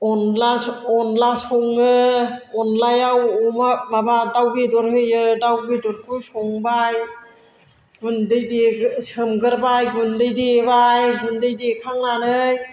अनद्ला अनद्ला सङो अनद्लायाव अमा माबा दाउ बेदर होयो दाउ बेदरखौ संबाय गुन्दै देग्रोबाय सोमगगोरबाय गुन्दै देबाय गुन्दै देखांनानै